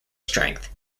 strength